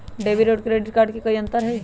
Debit और credit card में कई अंतर हई?